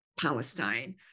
Palestine